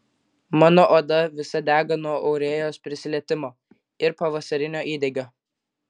mano oda visa dega nuo aurėjos prisilietimo ir pavasarinio įdegio